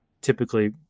typically